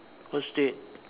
first date